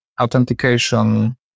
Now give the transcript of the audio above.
authentication